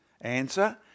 Answer